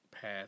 Path